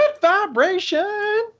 vibration